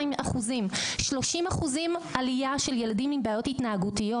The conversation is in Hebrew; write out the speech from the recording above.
30% בילדים עם בעיות התנהגותיות.